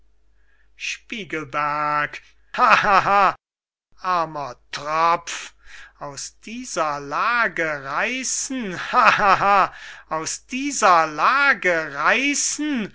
gelächter armer tropf aus dieser lage reissen hahaha aus dieser lage reissen